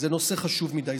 זה נושא חשוב מדי.